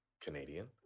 Canadian